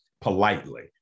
politely